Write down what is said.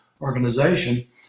organization